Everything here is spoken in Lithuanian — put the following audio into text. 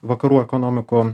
vakarų ekonomikų